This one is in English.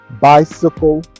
Bicycle